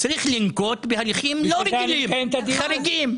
צריך לנקוט בהליכים לא רגילים, חריגים.